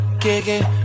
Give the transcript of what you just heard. kicking